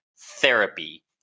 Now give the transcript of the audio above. therapy